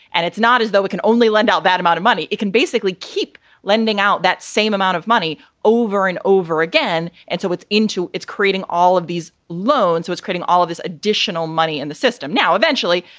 and it's not as though we can only lend out that amount of money. it can basically keep lending out that same amount of money over and over again. and so it's into it's creating all of these loans. what's causing all of this additional money in the system now? eventually,